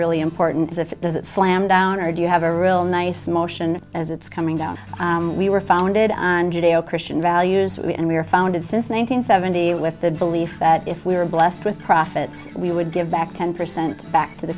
really important if it does it slam down or do you have a real nice motion as it's coming down we were founded on judeo christian values and we were founded since one nine hundred seventy with the belief that if we were blessed with profit we would give back ten percent back to the